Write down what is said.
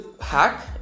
hack